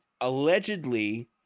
Allegedly